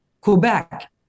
Quebec